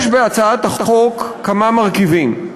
יש בהצעת החוק כמה מרכיבים.